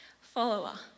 follower